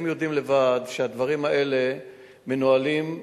אתם יודעים לבד שהדברים האלה מנוהלים,